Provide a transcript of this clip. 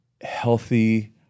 healthy